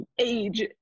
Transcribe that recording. age